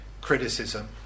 criticism